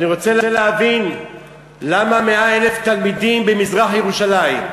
אני רוצה להבין למה 100,000 תלמידים במזרח-ירושלים,